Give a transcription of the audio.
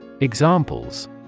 Examples